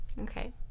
Okay